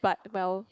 but well